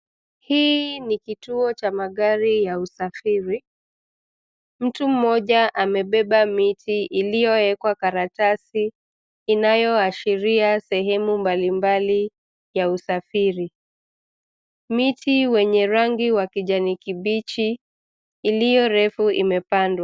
Hii ni kituo cha magari ya usafiri. Mtu mmoja amebeba miti iliyoekwa karatasi inayoashiria sehemu mbalimbali ya usafiri. Miti wenye rangi wa kijani kibichi iliyorefu imepa.